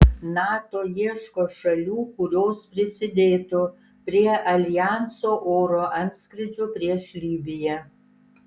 nato ieško šalių kurios prisidėtų prie aljanso oro antskrydžių prieš libiją